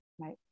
Right